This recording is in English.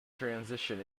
transition